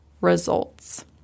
results